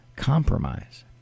compromise